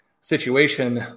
situation